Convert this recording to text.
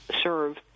serve